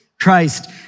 Christ